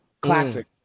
Classic